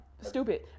stupid